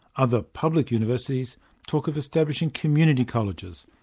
other public universities talk of establishing community colleges,